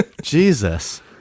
Jesus